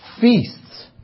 feasts